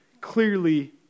clearly